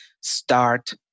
start